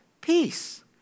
peace